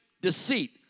deceit